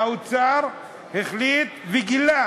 האוצר החליט וגילה